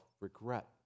regret